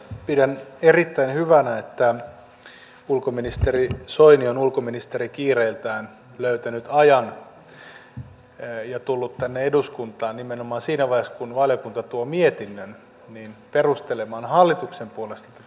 pidän erittäin hyvänä että ulkoministeri soini on ulkoministerikiireiltään löytänyt ajan ja tullut tänne eduskuntaan nimenomaan siinä vaiheessa kun valiokunta tuo mietinnön perustelemaan hallituksen puolesta tätä kantaa